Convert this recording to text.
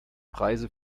preise